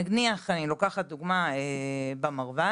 נניח, אני לוקחת דוגמה, במרב"ד.